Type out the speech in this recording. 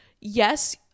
yes